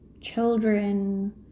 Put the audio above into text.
children